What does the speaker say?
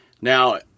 Now